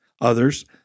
Others